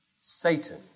Satan